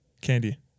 Candy